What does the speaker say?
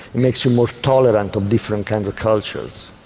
it makes you more tolerant of different kinds of cultures.